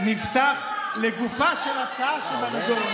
נפתח לגופה של ההצעה שבנדון: